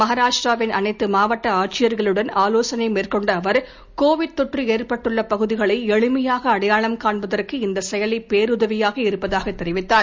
மகாராஷ்ட்ராவின் அனைத்து மாவட்ட ஆட்சியர்களுடன் ஆலோசனை மேற்கொண்ட அவர் கோவிட் தொற்று ஏற்பட்டுள்ள பகுதிகளை எளிமையாக அடையாளம் காண்பதற்கு இந்த செயலி பேருதவியாக இருப்பதாக தெரிவித்தார்